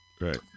Right